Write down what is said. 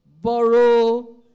Borrow